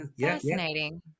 Fascinating